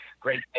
great